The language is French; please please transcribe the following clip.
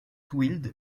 wild